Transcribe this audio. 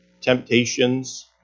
Temptations